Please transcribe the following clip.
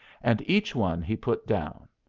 and each one he put down,